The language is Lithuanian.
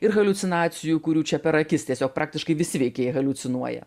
ir haliucinacijų kurių čia per akis tiesiog praktiškai visi veikėjai haliucinuoja